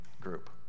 group